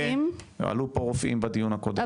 עלו פה רופאים בדיון הקודם,